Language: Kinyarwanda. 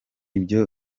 ibyo